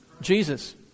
Jesus